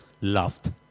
loved